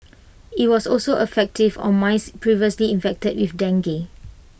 IT was also effective on mice previously infected with dengue